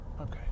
Okay